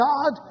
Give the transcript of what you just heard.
God